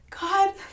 God